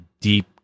deep